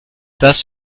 das